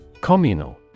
Communal